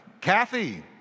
Kathy